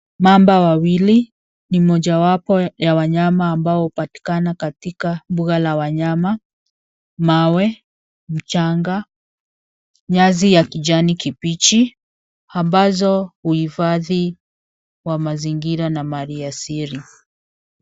Mamba wawili ni mojawapo ya wanyama ambao hupatikana katika mbuga la wanyama. Mawe, mchanga, nyasi ya kijani kibichi, ambazo huhifadhi kwa mazingira na mali asili.